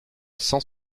sans